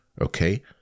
okay